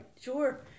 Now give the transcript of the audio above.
Sure